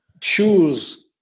choose